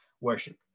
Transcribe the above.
worship